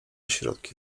środki